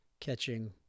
catching